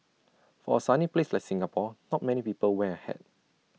for A sunny place like Singapore not many people wear A hat